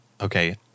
okay